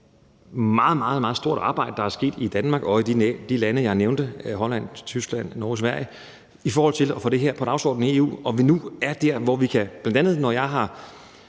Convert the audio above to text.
meget stort arbejde, der er sket i Danmark og i de lande, jeg nævnte – Holland, Tyskland, Norge og Sverige – i forhold til at få det her på dagsordenen i EU, og at vi nu er dér, hvor vi i regeringen er ved at